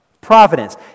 Providence